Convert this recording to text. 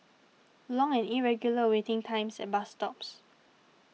long and irregular waiting times at bus stops